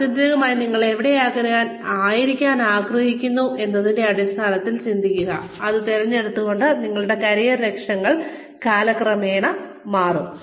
ആത്യന്തികമായി നിങ്ങൾ എവിടെ ആയിരിക്കാൻ ആഗ്രഹിക്കുന്നു എന്നതിന്റെ അടിസ്ഥാനത്തിൽ ചിന്തിക്കുക അത് തിരിച്ചറിഞ്ഞുകൊണ്ട് നിങ്ങളുടെ കരിയർ ലക്ഷ്യങ്ങൾ കാലക്രമേണ മാറും